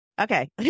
Okay